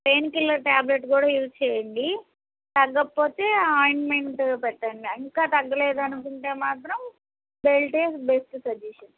pain killer tablet కూడా use చేయండి తగ్గకపోతే ఆయింట్మెంట్ పెట్టండి ఇంకా తగ్గలేదనుకుంటే మాత్రం బెల్టే బెస్ట్ సజెషన్